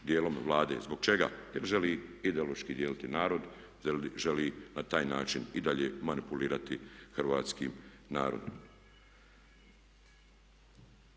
djelom Vlade, zbog čega? Jer želi ideološki dijeliti narod, želi na taj način i dalje manipulirati hrvatskim narodom.